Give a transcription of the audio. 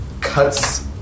Cuts